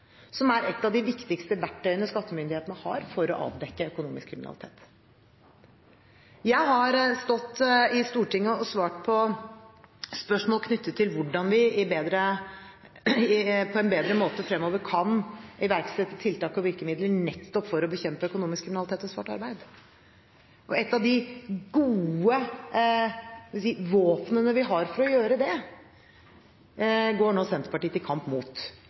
å utføre i dag. Jeg har stått i Stortinget og svart på spørsmål knyttet til hvordan vi på en bedre måte fremover kan iverksette tiltak og virkemidler nettopp for å bekjempe økonomisk kriminalitet og svart arbeid, og et av de gode – skal vi si – våpnene vi har for å gjøre det, går nå Senterpartiet til kamp mot.